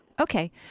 Okay